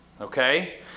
okay